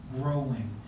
Growing